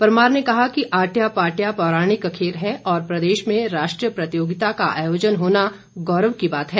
परमार ने कहा कि आटया पाटया पौराणणिक खेल है और प्रदेश में राष्ट्रीय प्रतियोगिता का आयोजन होना गौरव की बात है